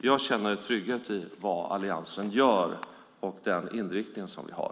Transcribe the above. Jag känner trygghet i vad Alliansen gör och den inriktning som vi har.